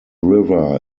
river